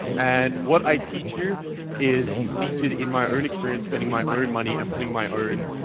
and what i teach you is seated in my own experience spending my own money and putting my own